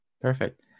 Perfect